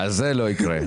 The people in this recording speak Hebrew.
זה לא יקרה.